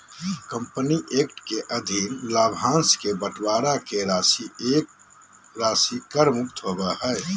company act के अधीन लाभांश के बंटवारा के राशि कर मुक्त होबो हइ